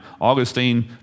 Augustine